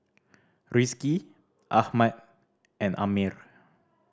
Rizqi Ahmad and Ammir